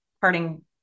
parting